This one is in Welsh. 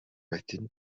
wedyn